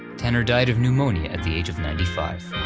tanner died of pneumonia at the age of ninety five.